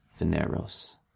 Veneros